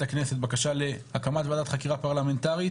הכנסת בקשה להקמת ועדת חקירה פרלמנטרית